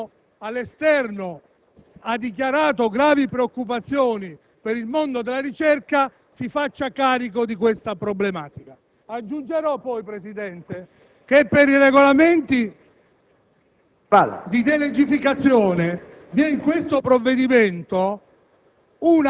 continuando. Credo allora che tutti noi, e soprattutto chi almeno all'esterno ha dichiarato gravi preoccupazioni per il mondo della ricerca, dobbiamo farci carico di tale problematica. Aggiungerò poi, Presidente, che per i regolamenti